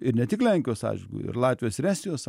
ir ne tik lenkijos atžvilgiu ir latvijos ir estijos